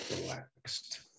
relaxed